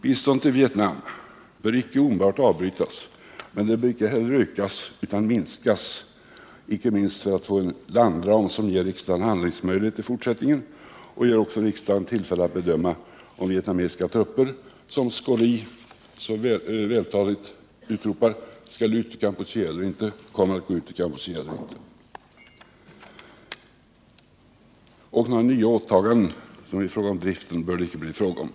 Biståndet till Vietnam bör icke omedelbart avbrytas, men det bör icke heller ökas, utan minskas — inte minst för att vi skall få en landram som ger riksdagen handlingsmöjligheter i fortsättningen och även för att ge riksdagen tillfälle att bedöma om vietnamesiska trupper — om vilka Pierre Schori så vältaligt utropar att de skall ut ur Kampuchea —- kommer att lämna landet eller inte. Och några nya åtaganden i fråga om driften bör det inte bli fråga om.